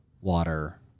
water